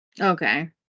okay